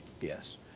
Yes